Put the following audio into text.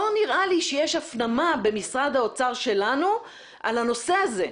לא נראה לי שיש הפנמה במשרד האוצר שלנו על הנושא הזה.